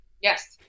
Yes